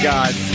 God